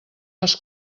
les